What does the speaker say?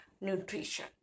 nutrition